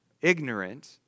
ignorant